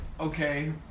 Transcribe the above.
okay